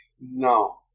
No